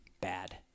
bad